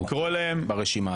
והוא לא קשור לייעוץ המשפטי.